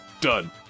done